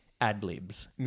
ad-libs